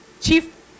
Chief